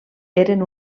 eren